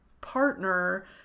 partner